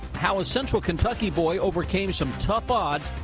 how a central kentucky boy overcame some tough odds.